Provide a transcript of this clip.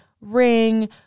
ring